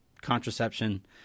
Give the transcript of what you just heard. contraception